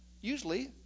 usually